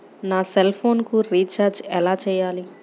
నా సెల్ఫోన్కు రీచార్జ్ ఎలా చేయాలి?